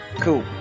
Cool